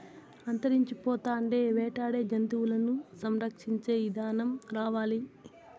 అంతరించిపోతాండే వేటాడే జంతువులను సంరక్షించే ఇదానం రావాలి